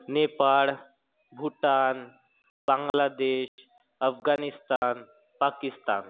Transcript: Nepal Bhutan Bangladesh Afghanistan Pakistan